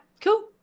cool